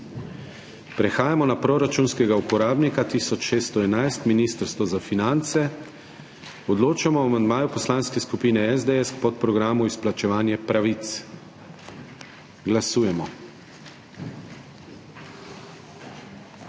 Prehajamo na proračunskega uporabnika 1611 Ministrstvo za finance. Odločamo o amandmaju Poslanske skupine SDS k podprogramu Izplačevanje pravic. Glasujemo.